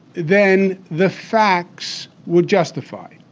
then the facts would justify.